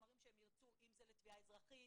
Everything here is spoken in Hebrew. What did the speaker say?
החומרים שהם ירצו אם זה לתביעה אזרחית,